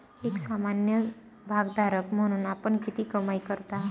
एक सामान्य भागधारक म्हणून आपण किती कमाई करता?